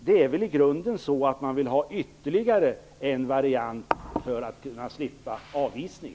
Det är väl i grunden så att man vill ha ytterligare en variant för att slippa avvisning.